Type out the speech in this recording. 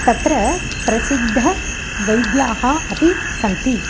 तत्र प्रसिद्धाः वैद्याः अपि सन्ति